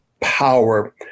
power